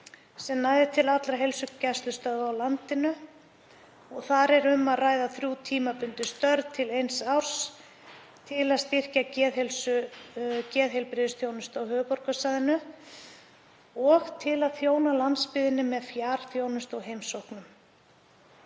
sem nái til allra heilsugæslustöðva á landinu. Þar er um að ræða þrjú tímabundin störf til eins árs til að styrkja geðheilbrigðisþjónustu á höfuðborgarsvæðinu og til að þjóna landsbyggðinni með fjarþjónustu og heimsóknum.